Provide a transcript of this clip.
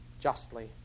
justly